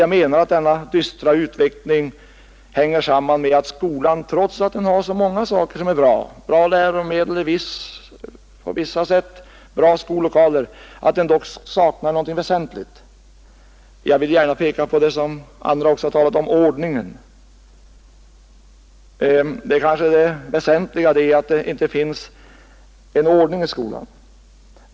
Jag menar att denna dystra utveckling hänger samman med att skolan, trots att den har många saker som är bra — bra läromedel ur vissa synpunkter och bra skollokaler — ändå saknar någonting väsentligt. Jag vill gärna peka på det som även andra har talat om — ordningen. Det kanske mest väsentliga är att det inte finns någon ordning i skolan.